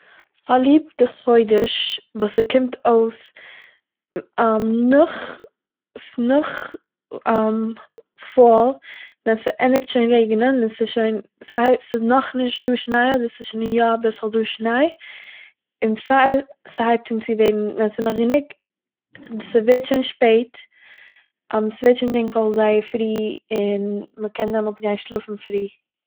כ'האב ליב דער חודש וואס ס'קומט אויס נאך- ס'נאך פואל ווען ס'ענדיגט שוין רעגענען און ס'איז שוין, ס'איז נאכנישט דא שניי אדער ס'איז שוין דא יא אביסל שניי, און פאר ס'הייבט אן צו ווערן- ווען ס'איז נאך גענוג- ס'ווערט שוין שפעט ס'ווערט שוין טונקל זייער זייער פרי, און מ'קען דאמאלטס גיין שלאפן פרי